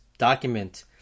document